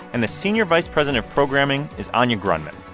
and the senior vice president of programming is anya grundmann.